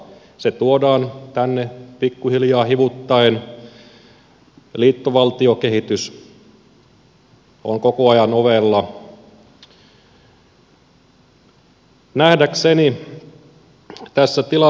se tuodaan tänne pikkuhiljaa hivuttaen liittovaltiokehitys on koko ajan ovella